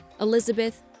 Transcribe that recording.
Elizabeth